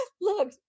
Look